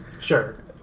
Sure